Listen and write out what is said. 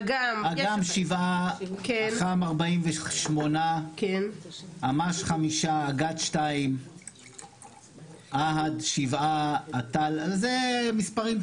אג"מ 7. אח"מ 48. אמ"ש 5. אג"ת 2. אה"ד 7. זה מספרים קטנים.